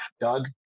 Doug